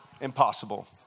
Impossible